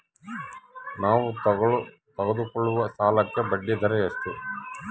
ನಾವು ತೆಗೆದುಕೊಳ್ಳುವ ಸಾಲಕ್ಕೆ ಬಡ್ಡಿದರ ಎಷ್ಟು?